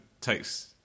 takes